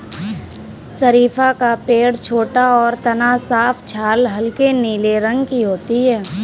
शरीफ़ा का पेड़ छोटा और तना साफ छाल हल्के नीले रंग की होती है